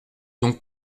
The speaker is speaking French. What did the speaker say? donc